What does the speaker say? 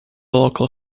local